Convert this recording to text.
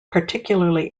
particularly